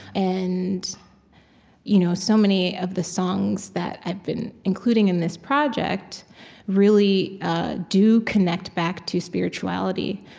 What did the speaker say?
and you know so many of the songs that i've been including in this project really do connect back to spirituality,